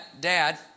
Dad